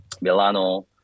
milano